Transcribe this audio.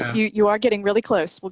you you are getting really close